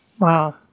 Wow